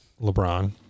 LeBron